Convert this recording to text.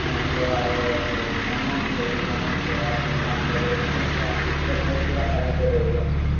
मतलब आरो गाँवो मे की गाँवो मे बच्चा दौगय मतलब पूरा टैलेंट गेम सनी मे